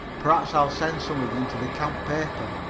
perhaps i'll send some of them to the camp paper.